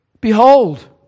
behold